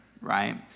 right